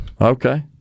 Okay